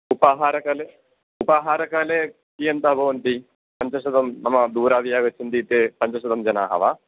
उपाहारकाले उपाहारकाले कियन्तः भवन्ति पञ्चशतं नाम दूराद् ये आगच्छन्ति ते पञ्चशतं जनाः वा